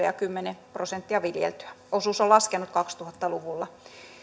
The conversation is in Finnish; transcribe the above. ja kymmenen prosenttia viljeltyä osuus on laskenut kaksituhatta luvulla